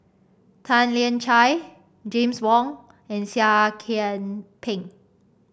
Tan Lian Chye James Wong and Seah Kian Peng